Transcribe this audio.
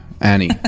Annie